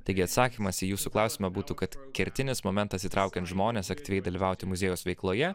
taigi atsakymas į jūsų klausimą būtų kad kertinis momentas įtraukiant žmones aktyviai dalyvauti muziejaus veikloje